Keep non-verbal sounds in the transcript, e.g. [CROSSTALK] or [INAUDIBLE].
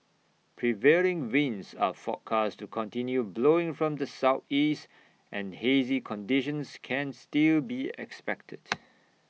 prevailing winds are forecast to continue blowing from the Southeast and hazy conditions can still be expected [NOISE]